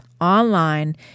online